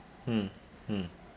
mm mm